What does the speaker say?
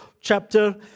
chapter